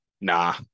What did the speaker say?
nah